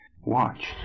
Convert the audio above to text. Watch